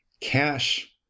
cash